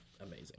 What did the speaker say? amazing